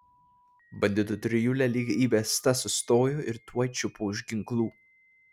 banditų trijulė lyg įbesta sustojo ir tuoj čiupo už ginklų